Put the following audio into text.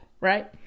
right